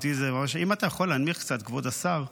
האם אתה יכול להנמיך קצת, כבוד השר?